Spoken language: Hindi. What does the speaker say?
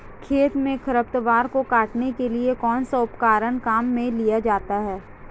खेत में खरपतवार को काटने के लिए कौनसा उपकरण काम में लिया जाता है?